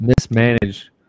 mismanaged